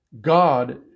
God